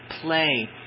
play